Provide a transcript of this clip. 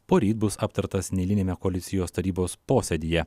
poryt bus aptartas neeiliniame koalicijos tarybos posėdyje